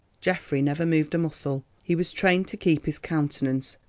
geoffrey never moved a muscle, he was trained to keep his countenance.